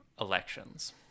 elections